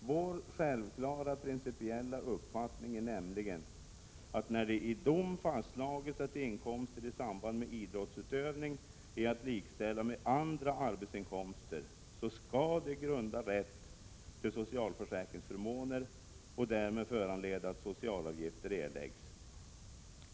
Vår självklara principiella uppfattning är nämligen att när det i dom fastslagits att inkomster i samband med idrottsutövning är att likställa med andra arbetsinkomster så skall de grunda rätt till socialförsäkringsförmåner och därmed föranleda att socialavgifter erläggs.